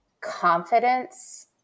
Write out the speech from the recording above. confidence